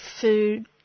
food